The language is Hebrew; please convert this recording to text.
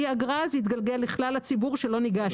אגרה זה יתגלגל לכלל הציבור שלא ניגש אליו.